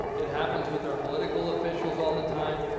it happens with our political officials all the time.